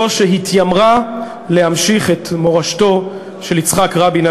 זו שהתיימרה להמשיך את מורשתו של יצחק רבין,